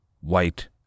white